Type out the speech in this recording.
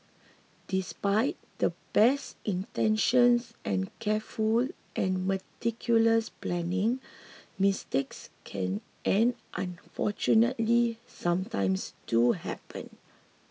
despite the best intentions and careful and meticulous planning mistakes can and unfortunately sometimes do happen